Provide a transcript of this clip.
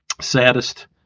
saddest